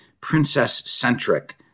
princess-centric